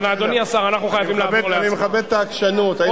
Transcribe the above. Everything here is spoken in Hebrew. אני מכבד את העקשנות.